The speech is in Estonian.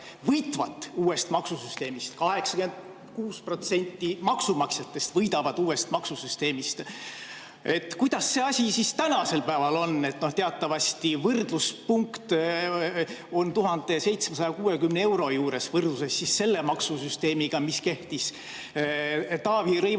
võitvat uuest maksusüsteemist, 86% maksumaksjatest võidavad uuest maksusüsteemist. Kuidas see asi tänasel päeval on? Teatavasti on võrdluspunkt 1760 euro juures – võrdluses selle maksusüsteemiga, mis kehtis Taavi Rõivase